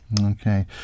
Okay